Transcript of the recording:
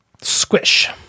Squish